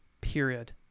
period